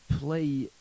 play